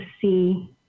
see